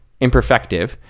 imperfective